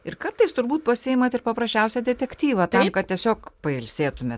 ir kartais turbūt pasiimat ir paprasčiausią detektyvą tam kad tiesiog pailsėtumėt